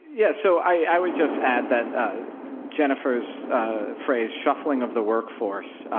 yeah, so i would just add that jennifer's phrase shuffling of the workforce,